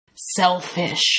selfish